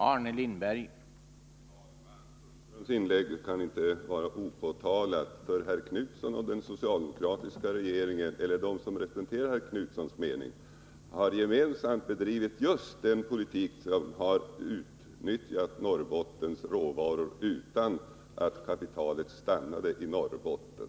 Herr talman! Sten-Ove Sundströms inlägg kan inte få stå oemotsagt. Den meningsriktning som herr Knutson företräder och den socialdemokratiska regeringen har gemensamt bedrivit en politik genom vilken man utnyttjat Norrbottens råvaror utan att kapitalet fått stanna kvar i Norrbotten.